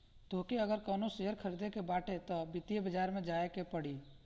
तोहके अगर कवनो शेयर खरीदे के बाटे तअ वित्तीय बाजार में जाए के पड़ी